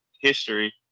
history